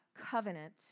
covenant